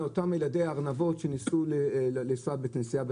אותם ילדי ארנבות שניסו לנסוע נסיעה בחינם.